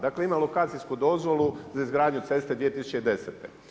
Dakle, ima lokacijsku dozvolu, za izgradnju ceste 2010.